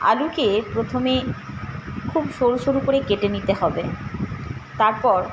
আলুকে প্রথমে খুব সরু সরু করে কেটে নিতে হবে তারপর